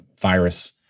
virus